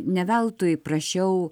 ne veltui prašiau